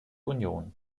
union